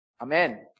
Amen